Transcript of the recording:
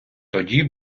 тоді